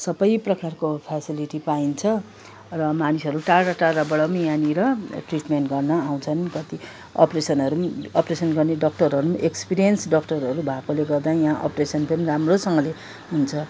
सबै प्रकारको फेसिलिटी पाइन्छ र मानिसहरू टाढो टाढोबाट पनि यहाँनिर ट्रिटमेन्ट गर्न आउँछन् कति अपरेसनहरू पनि अपरेसन गर्ने डक्टरहरू पनि एक्सपिरियन्स डक्टरहरू भएकोले गर्दा यहाँ अपरेसन पनि राम्रोसँगले हुन्छ